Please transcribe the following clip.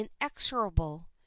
inexorable